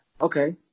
okay